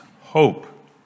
hope